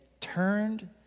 turned